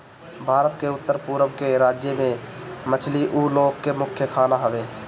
भारत के उत्तर पूरब के राज्य में मछली उ लोग के मुख्य खाना हवे